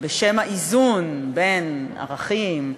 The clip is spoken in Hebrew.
בשם איזון הערכים,